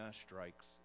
strikes